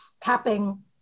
capping